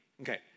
Okay